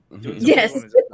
Yes